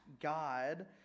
god